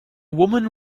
woman